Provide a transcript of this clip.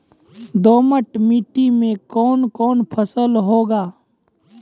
दोमट मिट्टी मे कौन कौन फसल होगा?